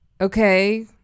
okay